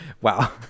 Wow